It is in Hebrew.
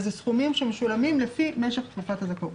אלה סכומים שמשולמים לפי משך תקופת הזכאות